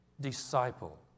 disciple